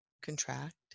contract